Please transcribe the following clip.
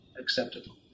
acceptable